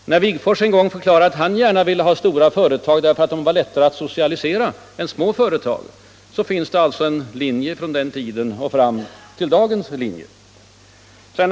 Herr Wigforss förklarade en gång att han gärna ville ha storföretag, eftersom de var lättare att socialisera än små företag. Det finns alltså en klar linje från den tiden och fram till dagens politik.